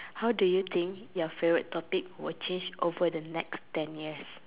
how do you think your favourite topic will change over the next ten years